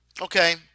Okay